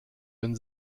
den